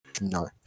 No